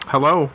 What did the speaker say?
Hello